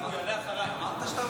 שלוש דקות לרשותך,